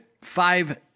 five